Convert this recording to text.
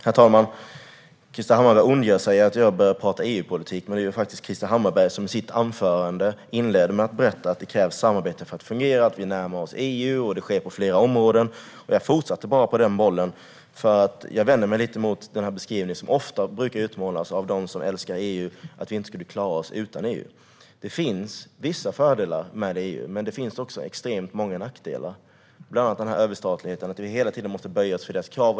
Herr talman! Krister Hammarbergh ondgör sig över att jag börjar prata EU-politik. Men det var faktiskt Krister Hammarbergh som inledde sitt anförande med att berätta att det krävs ett samarbete för att fungera, att vi närmar oss EU och att det sker på flera områden. Jag tog bara upp den bollen, för jag vänder mig lite mot beskrivningen som ofta brukar utmålas av dem som älskar EU, att vi inte skulle klara oss utan EU. Det finns vissa fördelar med EU, men det finns också extremt många nackdelar, bland annat överstatligheten och att vi hela tiden måste böja oss för deras krav.